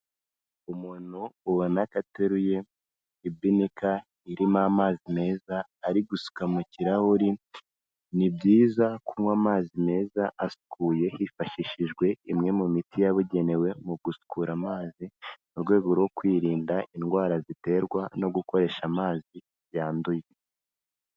Umuntu ubona ko ateruye ibinika irimo amazi meza ari gusuka mu kirahuri, ni byiza kunywa amazi meza asukuye hifashishijwe imwe mu miti yabugenewe mu gusukura amazi, mu rwego rwo kwirinda indwara ziterwa no gukoresha amazi yanduye.